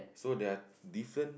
so there are different